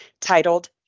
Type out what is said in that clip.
titled